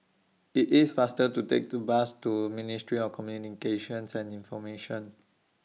IT IS faster to Take to Bus to Ministry of Communications and Information